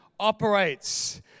operates